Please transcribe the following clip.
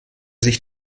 sich